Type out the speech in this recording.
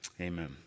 Amen